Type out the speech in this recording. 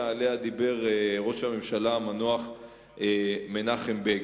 שעליה דיבר ראש הממשלה המנוח מנחם בגין.